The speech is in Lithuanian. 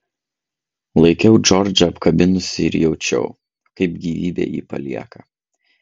laikiau džordžą apkabinusi ir jaučiau kaip gyvybė jį palieka